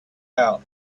out